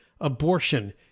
abortion